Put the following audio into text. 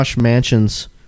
Mansions